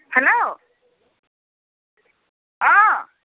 hello অ